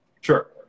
sure